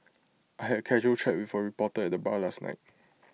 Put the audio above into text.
I had A casual chat with A reporter at the bar last night